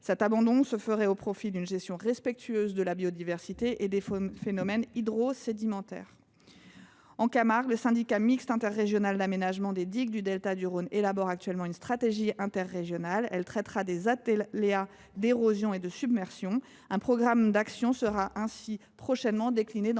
lutte contre la mer, au profit d’une gestion respectueuse de la biodiversité et des phénomènes hydrosédimentaires. En Camargue, le syndicat mixte interrégional d’aménagement des digues du delta du Rhône et de la mer élabore actuellement une stratégie interrégionale qui traitera des aléas d’érosion et de submersion. Un programme d’action sera ainsi décliné dans le prochain plan littoral.